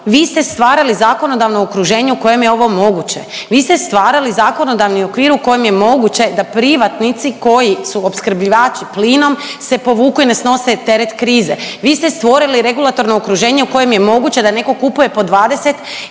vi ste stvarali zakonodavno okruženje u kojem je ovo moguće. Vi ste stvarali zakonodavni okvir u kojem je moguće da privatnici koji su opskrbljivači plinom se povuku i ne snose teret krize. Vi ste stvorili regulatorno okruženje u kojem je moguće da netko kupuje po 20